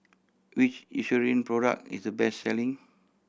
which Eucerin product is the best selling